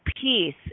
peace